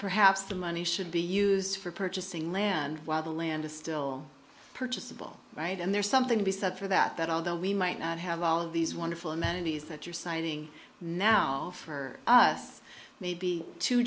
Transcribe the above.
perhaps the money should be used for purchasing land while the land is still purchasable right and there's something to be said for that that although we might not have all of these wonderful amenities that you're citing now for us maybe two